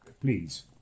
please